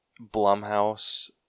Blumhouse